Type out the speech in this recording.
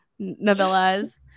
novellas